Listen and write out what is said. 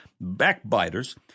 backbiters